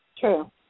True